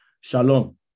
Shalom